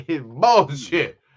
Bullshit